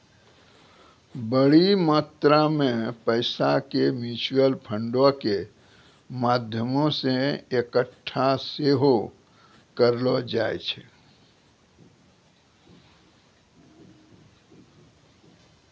बड़ो मात्रा मे पैसा के म्यूचुअल फंडो के माध्यमो से एक्कठा सेहो करलो जाय छै